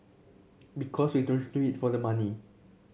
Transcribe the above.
because we don't do it for the money